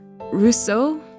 Rousseau